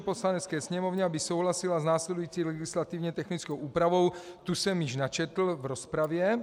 Poslanecké sněmovně, aby souhlasila s následující legislativně technickou úpravou tu jsem již načetl v rozpravě.